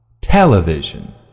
Television